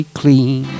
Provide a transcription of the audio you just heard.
clean